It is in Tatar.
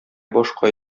башка